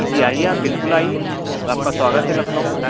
جی آئیے آپ بالکل آئیے آپ کا سواگت ہے لکھنؤ میں